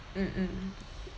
mm mm